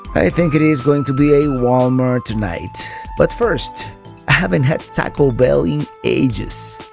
i think it is going to be a walmart night. but first haven't had taco bell in ages.